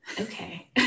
Okay